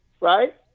Right